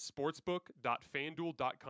sportsbook.fanduel.com